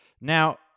Now